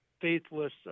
faithless